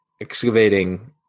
excavating